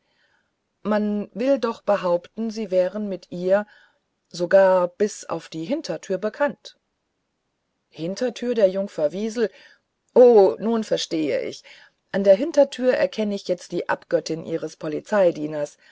man will doch behaupten sie wären mit ihr und sogar bis auf die hintertür bekannt hintertür der jungfer wiesel oh nun versteh ich an der hintertür erkenn ich jetzt die abgöttin ihres polizeidieners